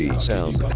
sound